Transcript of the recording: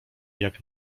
jak